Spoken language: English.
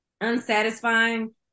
unsatisfying